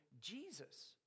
Jesus